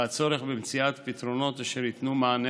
ולצורך במציאת פתרונות אשר ייתנו מענה